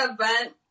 event